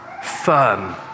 firm